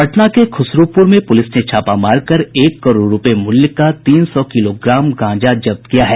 पटना के खुसरूपुर में पुलिस ने छापा मारकर एक करोड़ रूपये मूल्य का तीन सौ किलोग्राम गांजा जब्त किया है